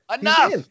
Enough